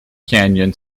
canyon